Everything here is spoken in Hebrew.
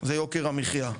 זה יוקר המחיה.